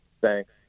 Thanks